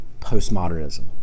postmodernism